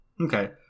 Okay